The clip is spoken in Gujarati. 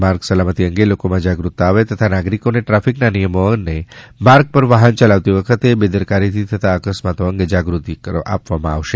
માર્ગ સલામતી અંગે લોકોમાં જાગરૂકતા આવે તથા નાગરિકોને ટ્રાફિકના નિયમો અને માર્ગ પર વાહન ચલાવતી વખતે બપેદરકારીથી થતા અકસ્માતો અંગે જાગૃત કરવામાં આવશે